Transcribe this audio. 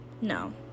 no